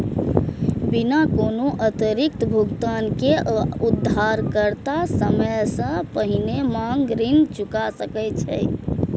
बिना कोनो अतिरिक्त भुगतान के उधारकर्ता समय सं पहिने मांग ऋण चुका सकै छै